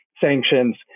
sanctions